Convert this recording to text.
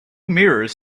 mirrors